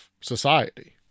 society